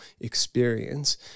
experience